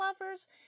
lovers